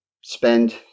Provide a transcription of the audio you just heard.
spend